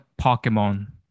Pokemon